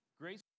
Grace